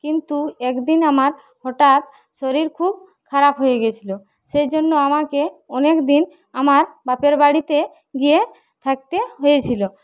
কিন্তু একদিন আমার হঠাৎ শরীর খুব খারাপ হয়ে গিয়েছিল সেই জন্য আমাকে অনেকদিন আমার বাপের বাড়িতে গিয়ে থাকতে হয়েছিল